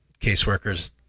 caseworkers